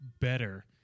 better